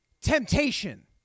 temptation